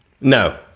No